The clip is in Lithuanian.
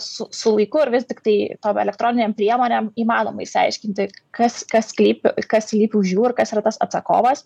su su laiku ir vis tiktai tom elektroninėm priemonėm įmanoma išsiaiškinti kas kas sly kas slypi už jų ir kas yra tas atsakovas